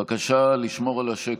בבקשה לשמור על השקט.